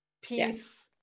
peace